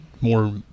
more